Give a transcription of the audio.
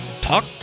talk